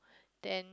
then